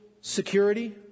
security